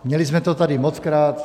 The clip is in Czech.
Měli jsme to tady mockrát.